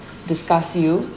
disgust you